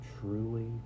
truly